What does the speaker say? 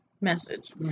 message